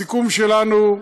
הסיכום שלנו,